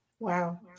Wow